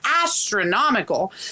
astronomical